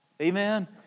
Amen